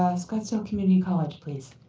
scottsdale community college, please.